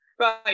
Right